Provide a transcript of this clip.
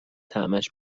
طعمش